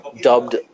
dubbed